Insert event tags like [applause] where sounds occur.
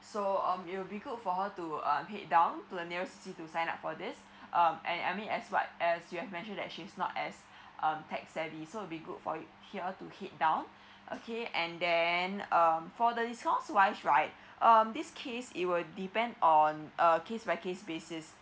so um you'll be go for her to uh head down to the nearest C_C to sign up for this [breath] um I I mean as what as you have mentioned that she's not as [breath] uh tech savvy so be good for here to hit down [breath] okay and then um for the discount wise right [breath] um this case it will depend on uh case by case species